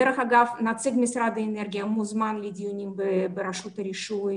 דרך אגב נציג משרד האנרגיה מוזמן לדיונים ברשות הרישוי